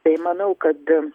tai manau kad